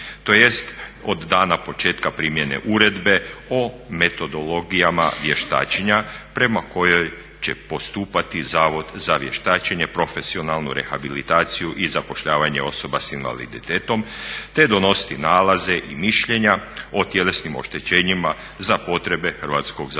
tj. od dana početka primjene Uredbe o metodologijama vještačenja prema kojoj će postupati Zavod za vještačenje, profesionalnu rehabilitaciju i zapošljavanje osoba sa invaliditetom, te donositi nalaze i mišljenja o tjelesnim oštećenjima za potrebe Hrvatskog zavoda